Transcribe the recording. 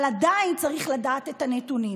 אבל עדיין צריך לדעת את הנתונים.